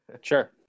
sure